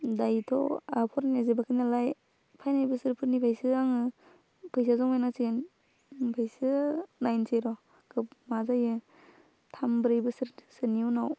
दायोथ' आया फरायनाय जोबाखैनालाय फैनाय बोसोरफोरनिफायसो आङो फैसा जमायनांसिगोन ओमफ्रायसो नायनसै र' मा जायो थाम ब्रै बोसोरसोनि उनाव